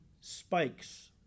spikes